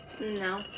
No